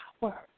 power